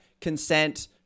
consent